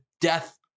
death